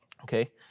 okay